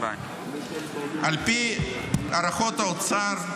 על פי הערכות האוצר,